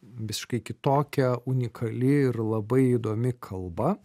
visiškai kitokia unikali ir labai įdomi kalba